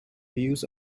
builds